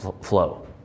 flow